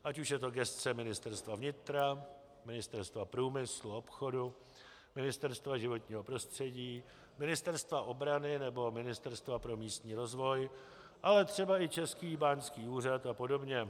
Ať už je to gesce Ministerstva vnitra, Ministerstva průmyslu a obchodu, Ministerstva životního prostředí, Ministerstva obrany nebo Ministerstva pro místní rozvoj, ale třeba i Český báňský úřad a podobně.